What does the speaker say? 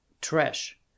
trash